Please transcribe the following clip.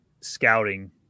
scouting